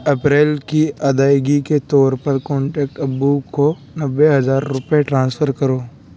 April کی ادائیگی کے طور پر کانٹیکٹ ابو کو نوے ہزار روپے ٹرانسفر کرو